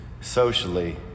socially